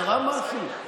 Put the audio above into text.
קרה משהו?